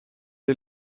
est